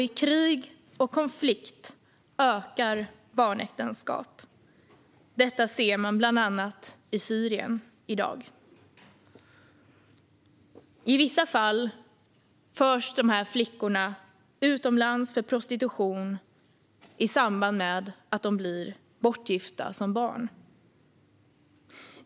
I krig och konflikt ökar antalet barnäktenskap. Det ser man i bland annat Syrien i dag. I vissa fall förs de här flickorna utomlands för prostitution i samband med att de blir bortgifta.